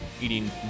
eating